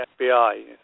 FBI